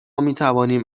میتوانیم